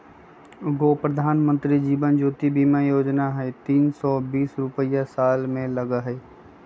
गो प्रधानमंत्री जीवन ज्योति बीमा योजना है तीन सौ तीस रुपए साल में लगहई?